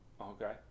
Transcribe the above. Okay